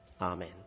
Amen